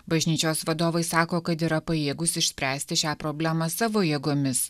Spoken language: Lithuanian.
bažnyčios vadovai sako kad yra pajėgūs išspręsti šią problemą savo jėgomis